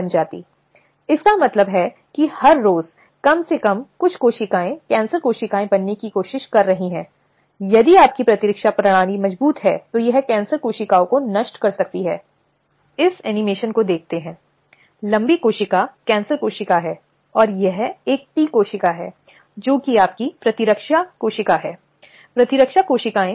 और इस मामले में जो कुछ हुआ था वह एनजीओ जो सर्वोच्च न्यायालय शीर्ष अदालत का दरवाजा खटखटाता है और उन महिलाओं के भय और चिंताओं पर संहिता का ध्यान आकर्षित करता है जो काम कर रही हैं कि उन्हें विशेष रूप से पीड़ित बनाया जा सकता है